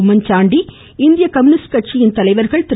உம்மன்சாண்டி இந்திய கம்யூனிஸ்ட் கோள தலைவர்கள் திரு